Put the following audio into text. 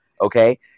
Okay